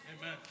Amen